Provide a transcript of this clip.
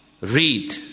read